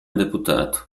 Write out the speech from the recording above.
deputato